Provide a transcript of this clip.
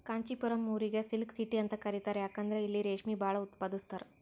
ಕಾಂಚಿಪುರಂ ಊರಿಗ್ silk city ಅಂತ್ ಕರಿತಾರ್ ಯಾಕಂದ್ರ್ ಇಲ್ಲಿ ರೇಶ್ಮಿ ಭಾಳ್ ಉತ್ಪಾದಸ್ತರ್